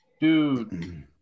dude